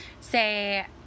say